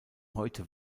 heute